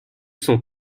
son